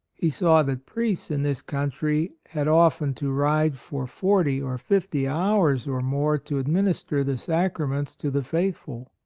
he saw that priests in this country had often to ride for forty or fifty hours or more to administer the sacraments to the faithful.